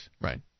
Right